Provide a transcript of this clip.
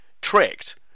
tricked